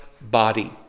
body